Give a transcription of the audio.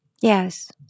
Yes